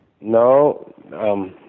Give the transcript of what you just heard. No